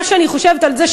מה שאני חושבת על זה,